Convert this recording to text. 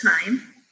time